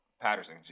Patterson